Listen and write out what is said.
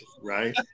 right